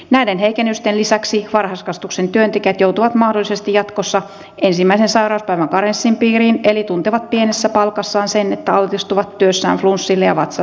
näiden heikennysten lisäksi varhaiskasvatuksen työntekijät joutuvat mahdollisesti jatkossa ensimmäisen sairauspäivän karenssin piiriin eli tuntevat pienessä palkassaan sen että altistuvat työssään flunssille ja vatsataudeille